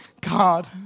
God